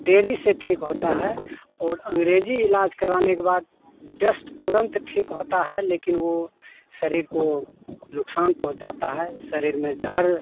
देरी से ठीक होता है और अँग्रेजी इलाज कराने के बाद जस्ट तुरंत ठीक होता है लेकिन वो शरीर को नुकसान पहुँचाता है शरीर में ज़हर